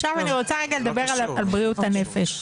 עכשיו אני רוצה לדבר על בריאות הנפש.